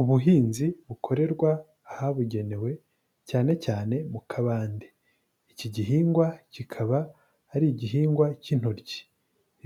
Ubuhinzi bukorerwa ahabugenewe, cyane cyane mu kabande, iki gihingwa kikaba ari igihingwa cy'intoryi,